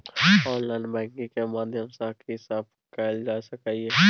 Online banking के माध्यम सं की सब कैल जा सके ये?